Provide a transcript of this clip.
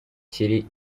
kiri